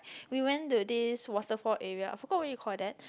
we went to this waterfall area I forgot where you call that